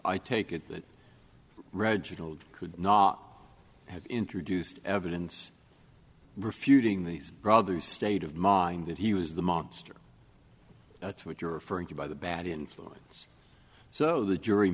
i take it that reginald could not have introduced evidence refuting these brothers state of mind that he was the monster that's what you're referring to by the bad influence so the jury